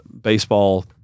baseball